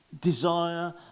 desire